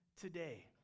today